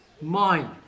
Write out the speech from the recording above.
mind